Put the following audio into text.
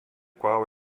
qual